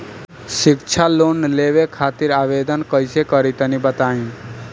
शिक्षा लोन लेवे खातिर आवेदन कइसे करि तनि बताई?